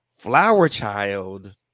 Flowerchild